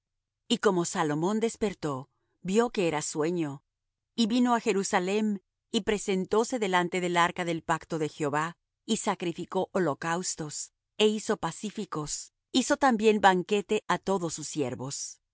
y como salomón despertó vió que era sueño y vino á jerusalem y presentóse delante del arca del pacto de jehová y sacrificó holocaustos é hizo pacíficos hizo también banquete á todos sus siervos